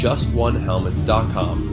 JustOneHelmets.com